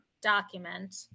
document